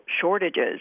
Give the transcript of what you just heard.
shortages